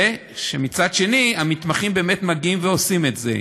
ומצד שני, שהמתמחים מגיעים ועושים את זה.